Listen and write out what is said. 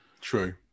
True